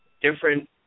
Different